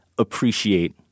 appreciate